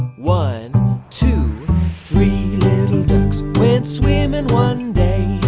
one two three little ducks went swimming one day